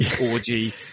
orgy